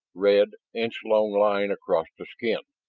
red inch-long line across the skin.